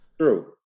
True